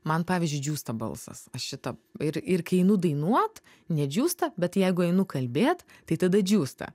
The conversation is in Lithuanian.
man pavyzdžiui džiūsta balsas aš šitą ir ir kai einu dainuot nedžiūsta bet jeigu einu kalbėt tai tada džiūsta